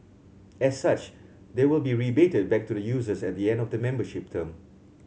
as such they will be rebated back to the users at the end of the membership term